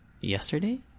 yesterday